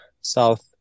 South